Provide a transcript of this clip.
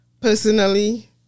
Personally